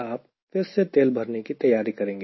आप फिर से तेल भरने की तैयारी करेंगे